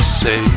say